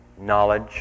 knowledge